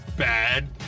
Bad